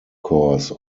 course